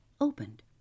opened